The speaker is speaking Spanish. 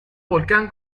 volcán